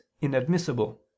inadmissible